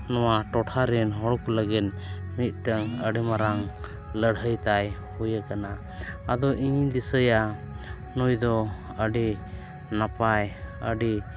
ᱱᱚᱣᱟ ᱴᱚᱴᱷᱟ ᱨᱮᱱ ᱦᱚᱲ ᱠᱚ ᱞᱟᱹᱜᱤᱫ ᱢᱤᱫᱴᱟᱱ ᱟᱹᱰᱤ ᱢᱟᱨᱟᱝ ᱞᱟᱹᱲᱦᱟᱹᱭ ᱛᱟᱭ ᱦᱩᱭ ᱟᱠᱟᱠᱟᱱ ᱟᱫᱚ ᱤᱧᱤᱧ ᱫᱤᱥᱟᱹᱭᱟ ᱱᱩᱭ ᱫᱚ ᱟᱹᱰᱤ ᱱᱟᱯᱟᱭ ᱟᱹᱰᱤ